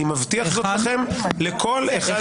אני מבטיח לכם, לכל אחד מחברי הכנסת.